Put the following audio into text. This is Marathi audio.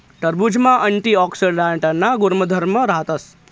टरबुजमा अँटीऑक्सीडांटना गुणधर्म राहतस